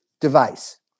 device